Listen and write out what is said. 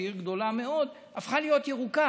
שהיא עיר גדולה מאוד והפכה להיות ירוקה,